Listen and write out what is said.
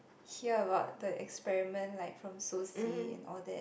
hear about the experiment like from soci and all that